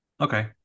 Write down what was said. Okay